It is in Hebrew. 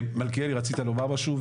מלכיאלי רצית לומר משהו?